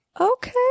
Okay